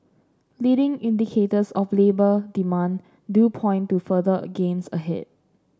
leading indicators of labour demand do point to further gains ahead